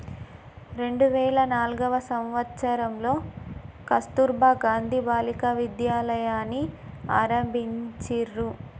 రెండు వేల నాల్గవ సంవచ్చరంలో కస్తుర్బా గాంధీ బాలికా విద్యాలయని ఆరంభించిర్రు